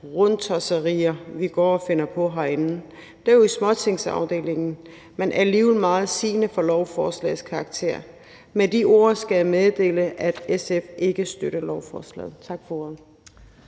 rundtosserier, vi går og finder på herinde. Det er jo i småtingsafdelingen, men det er alligevel meget sigende for lovforslagets karakter. Med de ord skal jeg meddele, at SF ikke støtter lovforslaget. Tak for ordet.